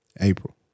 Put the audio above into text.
April